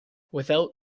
without